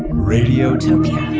radiotopia